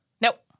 Nope